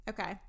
Okay